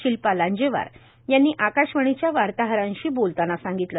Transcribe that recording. शिल्पा लांजेवार यांनी आकाशवाणीच्या वार्ताहरांशी बोलताना सांगितलं